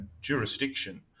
jurisdiction